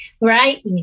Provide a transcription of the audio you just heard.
right